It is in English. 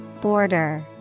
Border